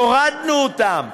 הורדנו אותם.